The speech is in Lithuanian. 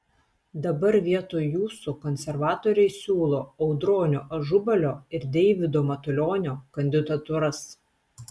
dabar vietoj jūsų konservatoriai siūlo audronio ažubalio ir deivido matulionio kandidatūras